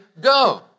go